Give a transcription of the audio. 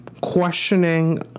questioning